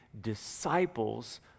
disciples